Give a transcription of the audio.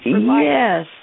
Yes